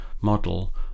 model